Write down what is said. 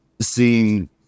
seeing